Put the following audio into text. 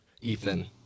Ethan